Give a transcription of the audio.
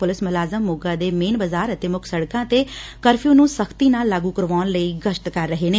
police ਮੁਲਾਜ਼ਮ ਮੋਗਾ ਦੇ main ਬਾਜ਼ਾਰ ਅਤੇ ਮੁੱਖ ਸੜਕਾਂ ਤੇ ਕਰਫਿਊ ਨੂੰ ਸਖ਼ਤੀ ਨਾਲ ਲਾਗੂ ਕਰਾਉਣ ਲਈ ਗਸ਼ਤ ਕਰ ਰਹੇ ਨੇ